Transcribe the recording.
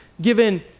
given